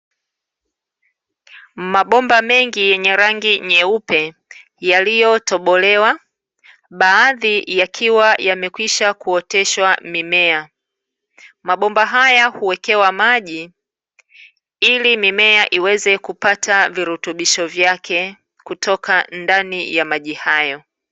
Mabomba mengi yenye rangi nyeupe yaliyotolewa, baadhi yakiwa yamekwisha kuoteshwa mimea. Mabomba haya huwekewa maji ili mimea iweze kupata virutubisho vyake ndani ya maji hayo.